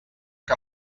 que